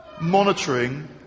monitoring